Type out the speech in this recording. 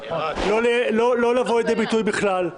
לא לבוא לידי ביטוי בכלל.